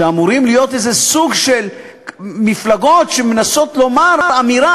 שאמורים להיות איזה סוג של מפלגות שמנסות לומר אמירה.